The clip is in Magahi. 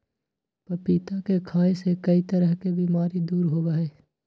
पपीता के खाय से कई तरह के बीमारी दूर होबा हई